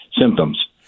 symptoms